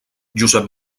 josep